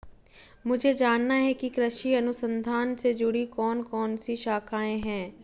मुझे जानना है कि कृषि अनुसंधान से जुड़ी कौन कौन सी शाखाएं हैं?